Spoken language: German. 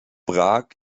prag